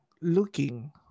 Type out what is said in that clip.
looking